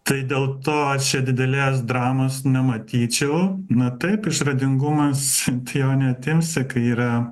tai dėl to čia didelės dramos nematyčiau na taip išradingumas tai jo neatimsi kai yra